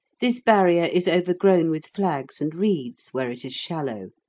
this barrier is overgrown with flags and reeds, where it is shallow.